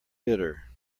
bitter